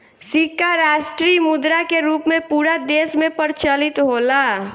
सिक्का राष्ट्रीय मुद्रा के रूप में पूरा देश में प्रचलित होला